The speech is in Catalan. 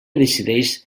decideix